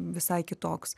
visai kitoks